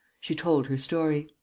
she told her story